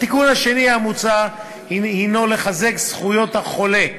התיקון השני המוצע הוא לחוק זכויות החולה,